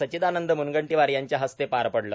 सच्चिदानंद मूनगंटीवार यांच्या हस्ते पार पडले